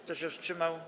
Kto się wstrzymał?